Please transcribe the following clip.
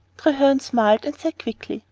treherne smiled, and said quickly,